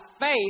faith